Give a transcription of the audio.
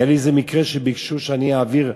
היה לי איזה מקרה שביקשו שאני אעביר,